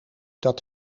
dat